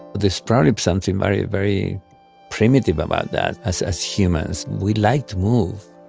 there's probably something very, very primitive about that. as as humans, we like to move.